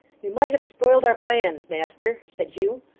you might have spoiled our plans, master said hugh.